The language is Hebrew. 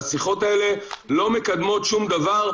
השיחות האלה לא מקדמות שום דבר,